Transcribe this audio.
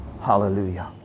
Hallelujah